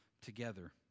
together